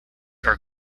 are